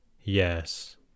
yes